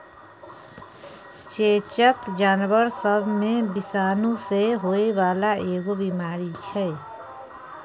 चेचक जानबर सब मे विषाणु सँ होइ बाला एगो बीमारी छै